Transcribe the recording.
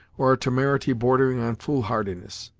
or a temerity bordering on foolhardiness.